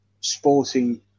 sporting